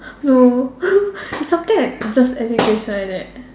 no it's something like just education like that